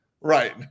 Right